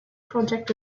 project